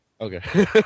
Okay